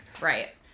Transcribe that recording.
Right